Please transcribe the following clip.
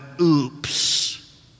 oops